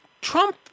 Trump